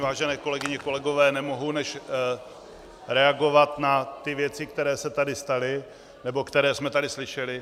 Vážené kolegyně, kolegové, nemohu než reagovat na ty věci, které se tady staly, nebo které jsme tady slyšeli.